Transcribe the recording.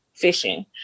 Fishing